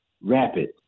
rapid